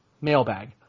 mailbag